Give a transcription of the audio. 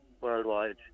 worldwide